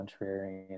contrarian